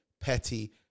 petty